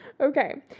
Okay